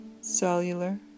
cellular